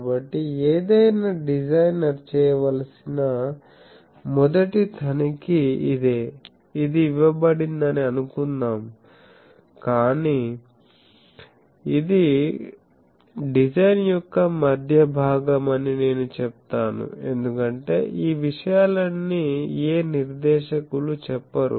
కాబట్టి ఏదైనా డిజైనర్ చేయవలసిన మొదటి తనిఖీ ఇదే ఇది ఇవ్వబడిందని అనుకుందాం కానీ ఇది డిజైన్ యొక్క మధ్య భాగం అని నేను చెప్తాను ఎందుకంటే ఈ విషయాలన్నీ ఏ నిర్దేశకులు చెప్పరు